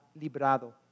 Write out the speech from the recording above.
librado